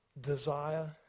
desire